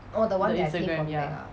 the instagram ya